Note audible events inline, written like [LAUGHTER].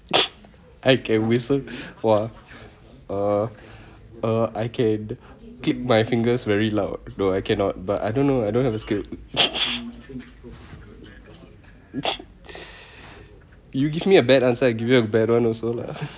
[NOISE] I can whistle !wah! uh uh I can click my fingers very loud no I cannot but I don't know I don't have a skill [BREATH] [BREATH] you give me a bad answer I give you a bad one also lah